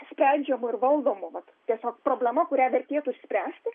sprendžiamu ir valdomu vat tiesiog problema kurią vertėtų spręsti